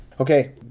Okay